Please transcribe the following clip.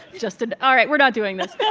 just an. all right. we're not doing this yeah